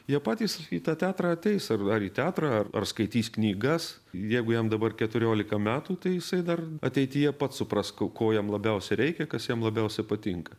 jie patys į tą teatrą ateis ar ar į teatrą ar ar skaitys knygas jeigu jam dabar keturiolika metų tai jisai dar ateityje pats supras ko jam labiausia reikia kas jam labiausia patinka